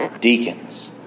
deacons